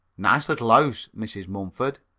nice little ouse, mrs. mumford.